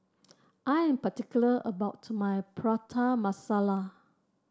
I am particular about my Prata Masala